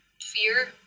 fear